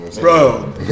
Bro